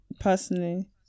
personally